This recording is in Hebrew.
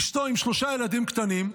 אשתו עם שלושה ילדים קטנים,